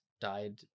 died